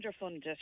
underfunded